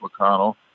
McConnell